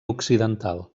occidental